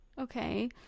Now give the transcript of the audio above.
okay